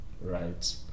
right